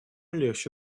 легче